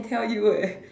tell you eh